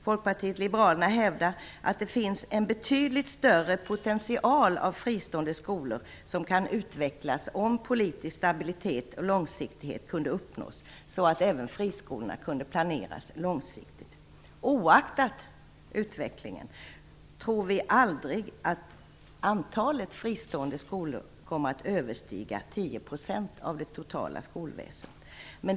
Folkpartiet liberalerna hävdar att det finns en betydligt större potential av fristående skolor som kan utvecklas om politisk stabilitet och långsiktighet kunde uppnås så att även friskolorna kunde planera långsiktigt. Oaktat utvecklingen tror vi aldrig att antalet fristående skolor kommer att överstiga 10 % av skolorna i det totala skolväsendet.